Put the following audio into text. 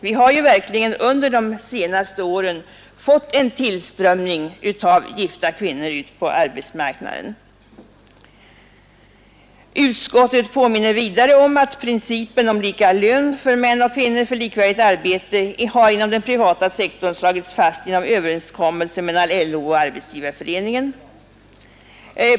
Vi har verkligen under de senaste åren fått en tillströmning av gifta kvinnor ut på arbetsmarknaden. Utskottet påminner vidare om att principen om lika lön för män och kvinnor för likvärdigt arbete har slagits fast inom den privata sektorn genom överenskommelse mellan LO och Arbetsgivareföreningen.